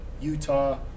Utah